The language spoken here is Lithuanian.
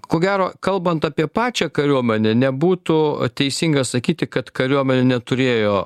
ko gero kalbant apie pačią kariuomenę nebūtų teisinga sakyti kad kariuomenė neturėjo